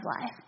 life